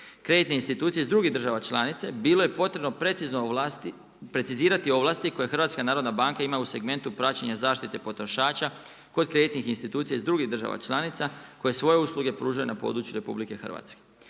kreditne institucije iz drugih država članice, bili je potrebno precizirati ovlasti koje HNB ima u segmentu praćenja zaštite potrošača kod kreditnih institucija iz drugih država članica, koje svoje usluge pružaju na području RH.